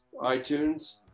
iTunes